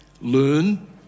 learn